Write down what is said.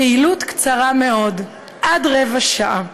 פעילות קצרה מאוד, עד רבע שעה.